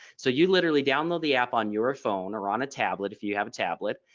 so you literally download the app on your iphone or on a tablet if you have a tablet.